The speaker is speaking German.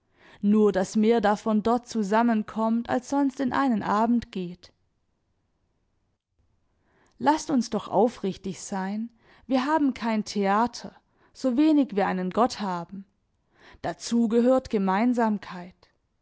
nur daß mehr davon dort zusammenkommt als sonst in einen abend geht laßt uns doch aufrichtig sein wir haben kein theater so wenig wir einen gott haben dazu gehört gemeinsamkeit